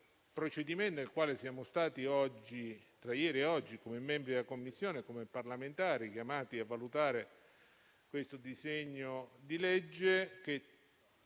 procedimento, nel quale siamo stati tra ieri e oggi, come membri della Commissione e come parlamentari, chiamati a valutare questo disegno di legge,